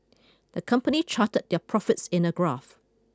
the company charted their profits in a graph